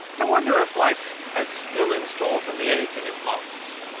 i wonder if life has still in store for me anything as marvellous.